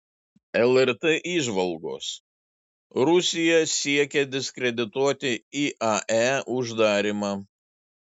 lrt įžvalgos rusija siekia diskredituoti iae uždarymą